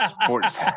sports